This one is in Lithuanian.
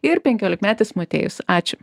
ir penkiolikmetis motiejus ačiū